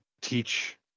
teach